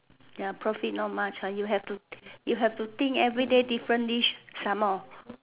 ya profit not much ah you have to you have to think everyday different dish some more